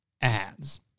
ads